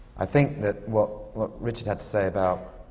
i think that what what richard had to say about